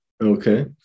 Okay